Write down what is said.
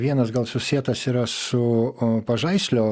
vienas gal susietas yra su pažaislio